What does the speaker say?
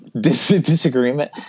Disagreement